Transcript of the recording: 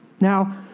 Now